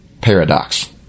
paradox